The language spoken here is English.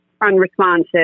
unresponsive